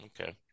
Okay